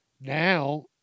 now